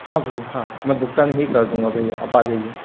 हाँ भैया हाँ मैं भुगतान ही कर दूंगा भैया आप आ जाइए